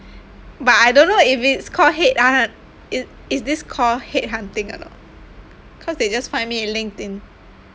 but I don't know if it's called headhu~ i~ is this called headhunting or not cause they just find me at LinkedIn